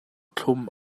thlum